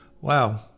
Wow